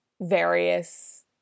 various